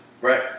Right